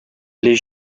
les